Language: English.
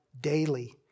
daily